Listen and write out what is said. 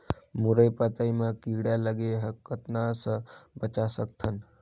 मुरई पतई म कीड़ा लगे ह कतना स बचा सकथन?